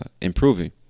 improving